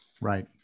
Right